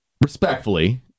Respectfully